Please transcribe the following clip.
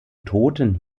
toten